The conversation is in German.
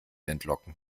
entlocken